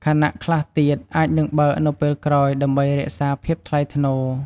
ខណៈខ្លះទៀតអាចនឹងបើកនៅពេលក្រោយ ដើម្បីរក្សាភាពថ្លៃថ្នូរ។